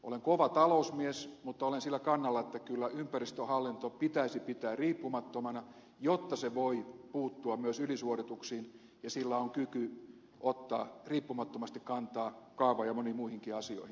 olen kova talousmies mutta olen sillä kannalla että kyllä ympäristöhallinto pitäisi pitää riippumattomana jotta se voi puuttua myös ylisuorituksiin ja sillä on kyky ottaa riippumattomasti kantaa kaava ja moniin muihinkin asioihin